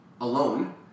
alone